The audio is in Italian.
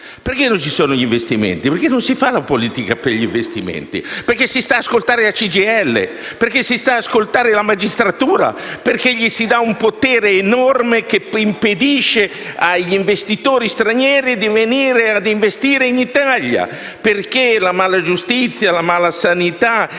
Perché non ci sono investimenti? Perché non si fa la politica per gli investimenti e si sta ad ascoltare la CGIL e la magistratura (cui si dà un potere enorme, che impedisce agli investitori stranieri di venire a investire in Italia). La malagiustizia, la malasanità